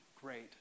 Great